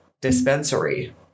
dispensary